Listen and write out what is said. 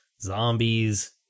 zombies